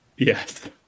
Yes